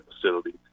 facility